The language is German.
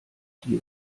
die